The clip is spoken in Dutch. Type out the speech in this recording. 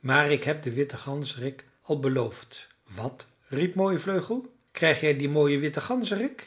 maar ik heb den witten ganzerik al beloofd wat riep mooivleugel krijg jij dien mooien witten